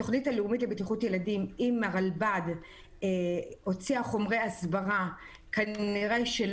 התוכנית הלאומית לבטיחות ילדים עם הרלב"ד הוציאה חומרי הסברה - אולי לא